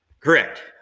Correct